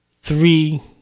three –